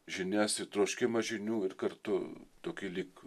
žinias ir troškimą žinių ir kartu tokį lyg